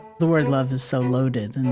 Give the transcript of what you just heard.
the word love is so loaded, and